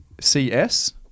CS